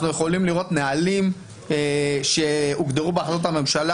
אנחנו יכולים לראות נהלים שהוגדרו באחריות הממשלה,